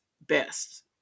best